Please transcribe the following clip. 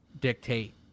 dictate